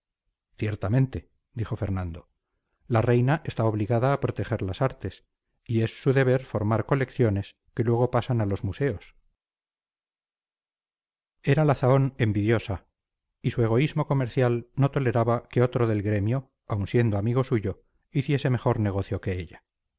ciertamente dijo fernando la reina está obligada a proteger las artes y es su deber formar colecciones que luego pasan a los museos era la zahón envidiosa y su egoísmo comercial no toleraba que otro del gremio aun siendo amigo suyo hiciese mejor negocio que ella